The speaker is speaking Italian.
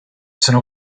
sono